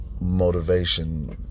Motivation